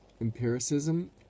empiricism